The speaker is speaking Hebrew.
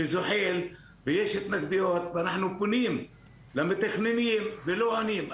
זוחל ויש התנגדויות ואנחנו פונים למתכננים ולא עונים.